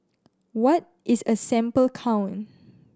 what is a sample count